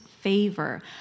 favor